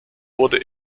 wurde